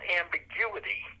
ambiguity